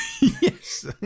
yes